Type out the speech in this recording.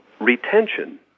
retention